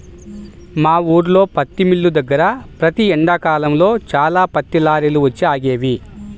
మా ఊల్లో పత్తి మిల్లు దగ్గర ప్రతి ఎండాకాలంలో చాలా పత్తి లారీలు వచ్చి ఆగేవి